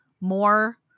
more